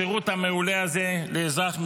השירות המעולה הזה לאזרח,